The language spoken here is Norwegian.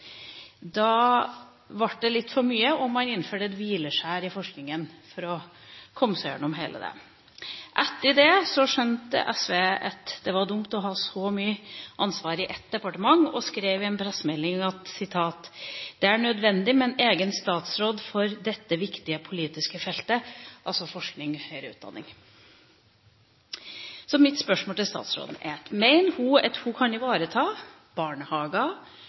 Da ble det litt for mye, og man innførte et hvileskjær i forskninga for å komme seg gjennom det. Etter det skjønte SV at det var dumt å ha så mye ansvar i ett departement, og skrev i en pressemelding at det er nødvendig med en egen statsråd for dette viktige politiske feltet – altså forskning og høyere utdanning. Mitt spørsmål til statsråden er: Mener hun at hun kan ivareta